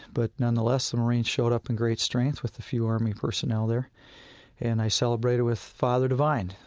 but, nonetheless, the marines showed up in great strength, with a few army personnel there and i celebrated with father devine,